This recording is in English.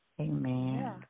Amen